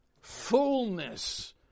fullness